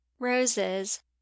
Roses